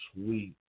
sweet